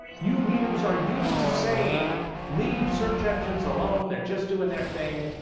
you readers are used to saying leave search engines alone. they're just doing their thing.